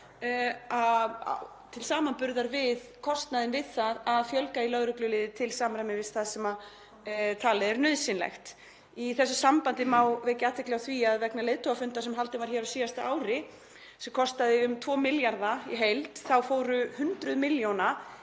til samanburðar við kostnaðinn við það að fjölga í lögregluliði til samræmis við það sem talið er nauðsynlegt. Í þessu sambandi má vekja athygli á því að vegna leiðtogafundar sem haldinn var hér á síðasta ári, sem kostaði um 2 milljarða í heild, fóru hundruð milljóna